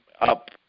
up